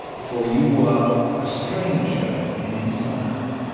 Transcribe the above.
for you are a stranger in his land.